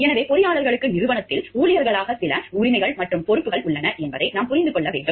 எனவே பொறியாளர்களுக்கு நிறுவனத்தில் ஊழியர்களாக சில உரிமைகள் மற்றும் பொறுப்புகள் உள்ளன என்பதை நாம் புரிந்து கொள்ள வேண்டும்